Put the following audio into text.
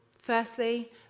Firstly